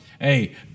hey